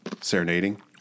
serenading